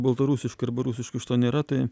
baltarusiškai arba rusiškai šito nėra tai